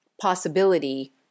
possibility